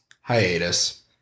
hiatus